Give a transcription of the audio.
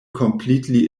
completely